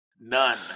None